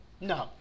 no